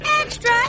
Extra